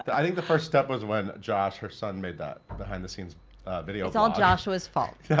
but i think the first step was when josh, her son, made that behind-the-scenes video. it's all joshua's fault.